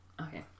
Okay